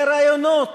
לראיונות